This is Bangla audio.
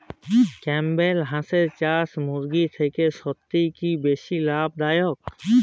ক্যাম্পবেল হাঁসের চাষ মুরগির থেকে সত্যিই কি বেশি লাভ দায়ক?